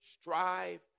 strive